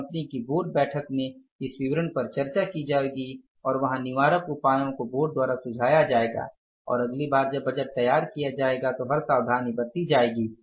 और कंपनी की बोर्ड बैठक में इस विवरण पर चर्चा की जाएगी और वहाँ निवारक उपायों को बोर्ड द्वारा सुझाया जाएगा और अगली बार जब बजट तैयार किया जाएगा तो हर सावधानी बरती जाएगी